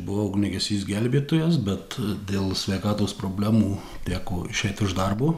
buvau ugniagesys gelbėtojas bet dėl sveikatos problemų teko išeit iš darbo